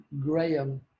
Graham